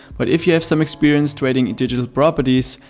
but if you have some experience trading digital properties,